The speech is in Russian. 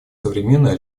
современное